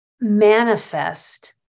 manifest